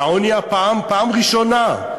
והעוני הפעם, פעם ראשונה,